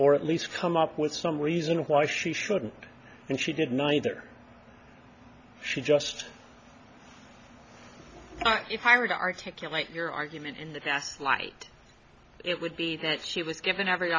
or at least come up with some reason why she shouldn't and she did neither she just if i were to articulate your argument in the past light it would be that she was given every